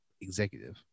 executive